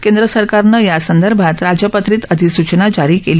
केंद्रसरकारनं यासंदर्भात राजपत्रीत अधिसूचना जारी केली